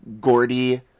Gordy